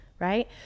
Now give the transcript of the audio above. Right